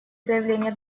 заявление